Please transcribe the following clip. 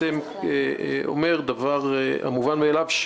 אתה אומר דבר המובן מאליו,